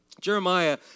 Jeremiah